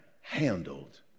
handled